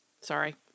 Sorry